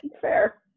Fair